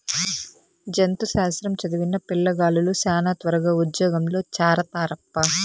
జంతు శాస్త్రం చదివిన పిల్లగాలులు శానా త్వరగా ఉజ్జోగంలో చేరతారప్పా